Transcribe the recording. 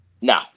No